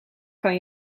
kan